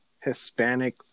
Hispanic